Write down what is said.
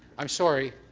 i'm sorry,